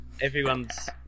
Everyone's